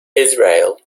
israel